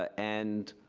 and